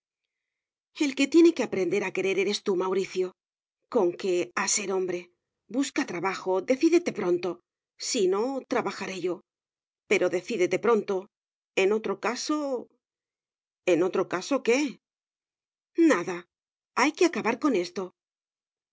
el que tiene que aprender a querer eres tú mauricio conque a ser hombre busca trabajo decídete pronto si no trabajaré yo pero decídete pronto en otro caso en otro caso qué nada hay que acabar con esto